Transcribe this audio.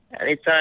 Anytime